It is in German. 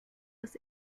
das